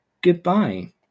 Goodbye